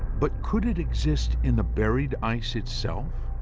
but could it exist in the buried ice itself?